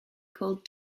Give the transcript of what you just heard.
called